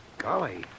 Golly